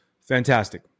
Fantastic